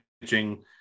pitching